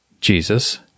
Jesus